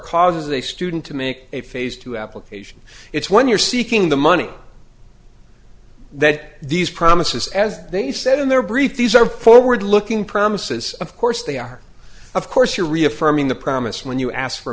causes a student to make a phase two application it's when you're seeking the money that these promises as they said in their brief these are forward looking promises of course they are of course your reaffirming the promise when you ask for